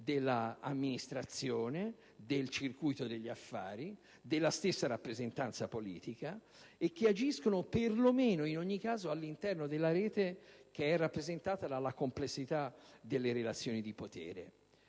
dell'amministrazione, del circuito degli affari, della stessa rappresentanza politica e che agiscono perlomeno in ogni caso all'interno della rete che è rappresentata dalla complessità delle relazioni di potere.